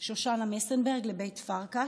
שושנה מסנברג לבית פרקש,